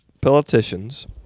politicians